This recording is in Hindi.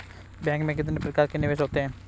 बैंक में कितने प्रकार के निवेश होते हैं?